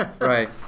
right